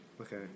okay